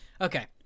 Okay